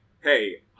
hey